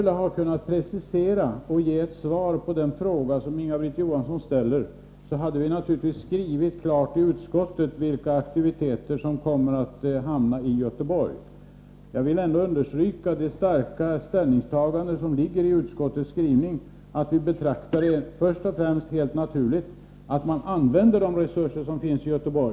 Om vi hade kunnat precisera oss och ge svar på den fråga som Inga-Britt Johansson ställde, hade vi naturligtvis i utskottet klart skrivit ut vilka aktiviteter som kommer att hamna i Göteborg. Jag vill ändå understryka det starka ställningstagande som ligger i utskottets skrivning att man helt naturligt först och främst skall använda de resurser som finns i Göteborg.